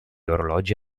orologi